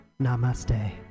Namaste